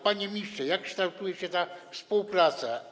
Panie ministrze, jak kształtuje się ta współpraca?